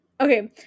Okay